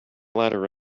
ladder